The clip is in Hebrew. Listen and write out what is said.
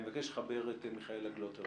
אני מבקש לחבר את מיכאלה גלוטר.